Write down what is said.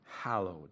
hallowed